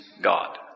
God